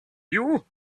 you